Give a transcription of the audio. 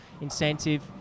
incentive